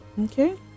Okay